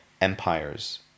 empires